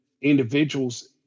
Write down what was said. individuals